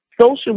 social